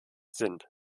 sind